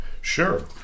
Sure